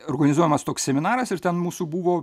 organizuojamas toks seminaras ir ten mūsų buvo